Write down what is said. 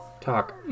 Talk